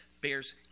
bears